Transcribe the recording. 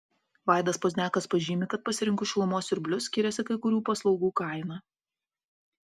vaidas pozniakas pažymi kad pasirinkus šilumos siurblius skiriasi kai kurių paslaugų kaina